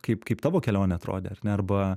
kaip kaip tavo kelionė atrodė ar ne arba